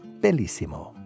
bellissimo